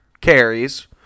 carries